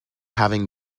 having